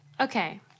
Okay